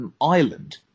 island